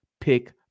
Pick